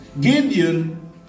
Gideon